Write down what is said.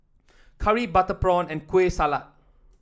curry Butter Prawn and Kueh Salat